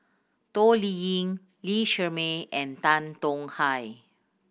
Toh Liying Lee Shermay and Tan Tong Hye